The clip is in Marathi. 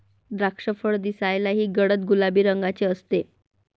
द्राक्षफळ दिसायलाही गडद गुलाबी रंगाचे असते